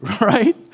Right